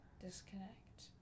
disconnect